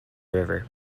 river